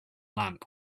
lamp